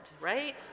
right